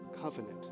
covenant